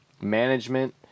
management